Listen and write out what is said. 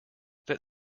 that